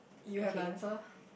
you have the answer